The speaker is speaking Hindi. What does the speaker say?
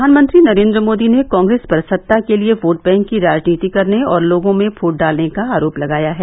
प्रधानमंत्री नरेन्द्र मोदी ने कांग्रेस पर सत्ता के लिए वोट बैंक की राजनीति करने और लोगों में फूट डालने का आरोप लगाया है